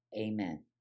Amen